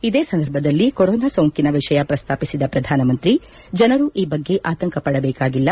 ಇದೇ ಸಂದರ್ಭದಲ್ಲಿ ಕೊರೊನಾ ಸೋಂಕಿನ ವಿಷಯ ಪ್ರಸ್ತಾಪಿಸಿದ ಪ್ರಧಾನ ಮಂತ್ರಿ ಜನರು ಈ ಬಗ್ಗೆ ಆತಂಕ ಪಡಬೇಕಾಗಿಲ್ಲ